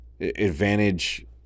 Advantage